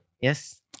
Yes